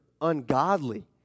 ungodly